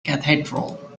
cathedral